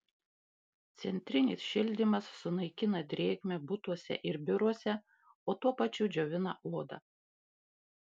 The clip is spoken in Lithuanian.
centrinis šildymas sunaikina drėgmę butuose ir biuruose o tuo pačiu džiovina odą